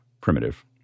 primitive